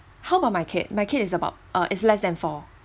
how about my kid my kid is about uh it's less than four